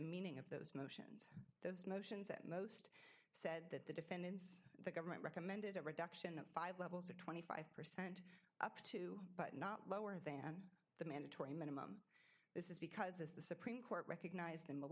the meaning of those motions those motions at most said that the defendants the government recommended a reduction of five levels of twenty five percent up to but not lower than the mandatory minimum this is because as the supreme court recognized